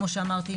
כמו שאמרתי,